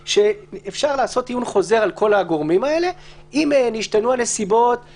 שאפשר לעשות עיון חוזר על כל הגורמים אם השתנו הנסיבות,